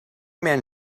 men